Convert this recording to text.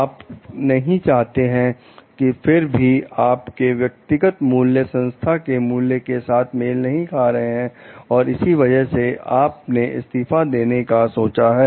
आप नहीं चाहते हैं फिर भी आपके व्यक्तिगत मूल्य संस्था के मूल्य के साथ मेल नहीं खा रहे हैं और इसी वजह से आप ने इस्तीफा देने का सोचा है